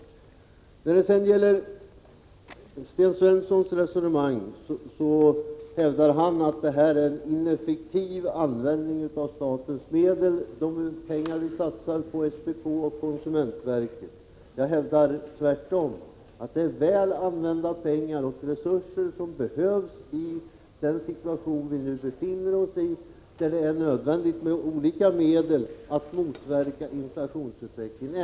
Sten Svensson hävdar att de pengar som satsas på SPK och konsumentverket innebär en ineffektiv användning av statens medel. Jag hävdar tvärtom att det är väl använda pengar och resurser, som behövs i den situation som vi nu befinner oss i, då det är nödvändigt att med olika medel motverka inflationsutvecklingen.